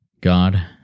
God